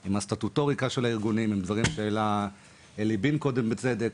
עם הסטטוטוריקה של הארגונים ועם דברים שהעלה אלי בין קודם בצדק.